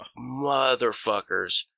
motherfuckers